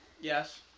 Yes